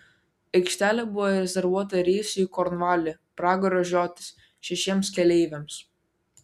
aikštelė buvo rezervuota reisui į kornvalį pragaro žiotis šešiems keleiviams